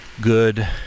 good